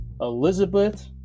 Elizabeth